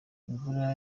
imvura